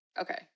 Okay